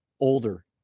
older